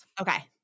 Okay